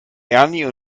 ernie